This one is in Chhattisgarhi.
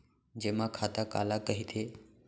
जेमा खाता काला कहिथे?